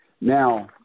Now